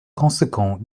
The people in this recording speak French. conséquent